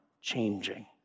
changing